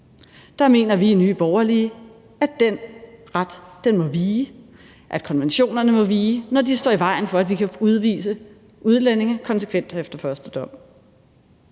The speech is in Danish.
Der mener vi i Nye Borgerlige, at den ret må vige, at konventionerne må vige, når de står i vejen for, at vi kan udvise udlændinge konsekvent og efter første dom.